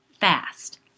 Fast